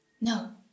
No